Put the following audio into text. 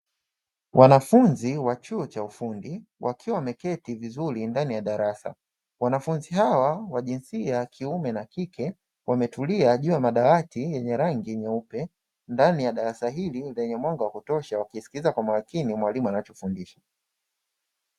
Wanafunzi wa chuo cha ufundi wakiwa wameketi vizuri ndani ya darasa wanafunzi hawa wa jinsia ya kiume na kike, wametulia juu ya madawati yenye rangi nyeupe ndani ya darasa hili lenye mwanga wa kutosha, wakisikiliza kwa makini mwalimu anachofundisha.